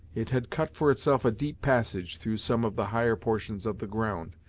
it had cut for itself a deep passage through some of the higher portions of the ground,